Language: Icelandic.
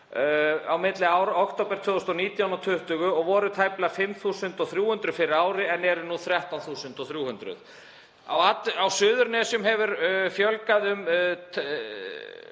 á milli október 2019 og 2020, voru tæplega 5.300 fyrir ári en eru nú 13.300. Á Suðurnesjum hefur fjölgað um